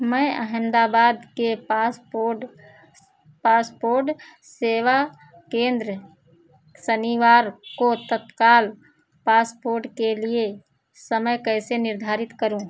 मैं अहमदाबाद के passport passport सेवा केंद्र शनिवार को तत्काल पासपोर्ड के लिए समय कैसे निर्धारित करूँ